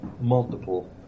multiple